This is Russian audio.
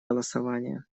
голосование